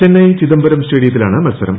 ചെന്നൈ ചിദംബരം സ്റ്റേഡിയത്തിലാണ് മത്സരം